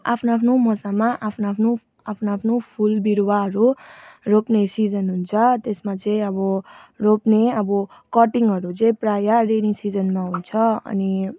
आफ्नो आफ्नो मौसममा आफ्नो आफ्नो आफ्नो आफ्नो फुल बिरुवाहरू रोप्ने सिजन हुन्छ त्यसमा चाहिँ अब रोप्ने अब कटिङहरू चाहिँ प्रायः रेनी सिजनमा हुन्छ अनि